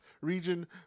region